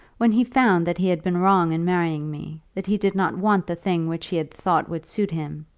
when he found that he had been wrong in marrying me, that he did not want the thing which he had thought would suit him,